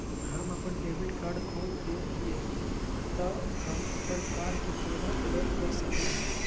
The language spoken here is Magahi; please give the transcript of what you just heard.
हम अपन डेबिट कार्ड खो दे ही, त हम अप्पन कार्ड के केना ब्लॉक कर सकली हे?